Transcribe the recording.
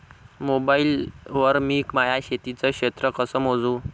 Mobile वर मी माया शेतीचं क्षेत्र कस मोजू?